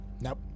Nope